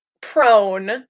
prone